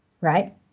right